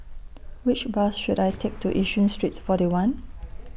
Which Bus should I Take to Yishun Street forty one